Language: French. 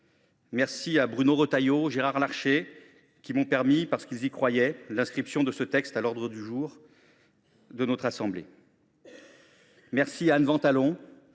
Merci à Bruno Retailleau et à Gérard Larcher, qui ont permis, parce qu’ils y croyaient, l’inscription de ce texte à l’ordre du jour de notre assemblée. Merci à Anne Ventalon,